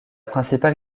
principale